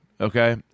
okay